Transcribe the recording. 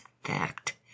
fact